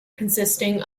consisting